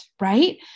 right